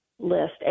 List